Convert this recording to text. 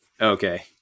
Okay